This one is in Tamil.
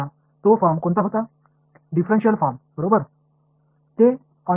பாடத்தின் தொடக்கத்தில் நான் உங்களுக்குக் காட்டிய வடிவம் என்ன